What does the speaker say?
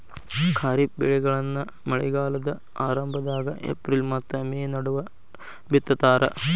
ಖಾರಿಫ್ ಬೆಳೆಗಳನ್ನ ಮಳೆಗಾಲದ ಆರಂಭದಾಗ ಏಪ್ರಿಲ್ ಮತ್ತ ಮೇ ನಡುವ ಬಿತ್ತತಾರ